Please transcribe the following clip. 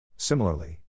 Similarly